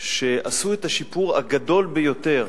שעשו את השיפור הגדול ביותר